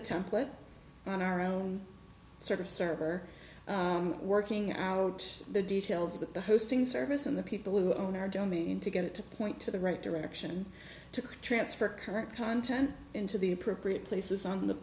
a template on our own sort of server working out the details with the hosting service and the people who own our don't mean to get it to point to the right direction to transfer current content into the appropriate places on the